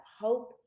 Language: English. hope